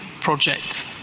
project